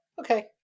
okay